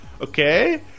Okay